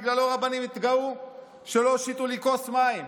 בגללו רבנים התגאו שלא הושיטו לי כוס מים.